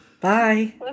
Bye